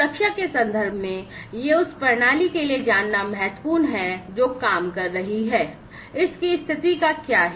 सुरक्षा के संदर्भ में यह उस प्रणाली के लिए जानना महत्वपूर्ण है जो काम कर रही है इसकी स्थिति क्या है